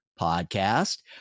podcast